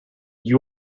you